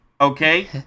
okay